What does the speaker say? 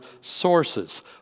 sources